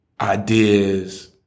ideas